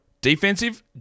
Defensive